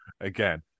again